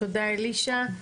תודה אלישע,